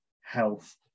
health